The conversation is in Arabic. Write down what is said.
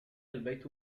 البيت